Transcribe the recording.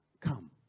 Come